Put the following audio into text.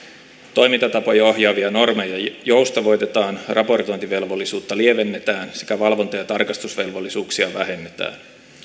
toimintatapoja ohjaavia normeja joustavoitetaan raportointivelvollisuutta lievennetään sekä valvonta ja tarkastusvelvollisuuksia vähennetään